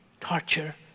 torture